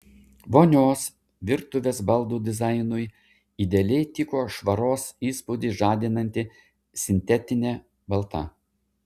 vonios virtuvės baldų dizainui idealiai tiko švaros įspūdį žadinanti sintetinė balta